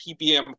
PBM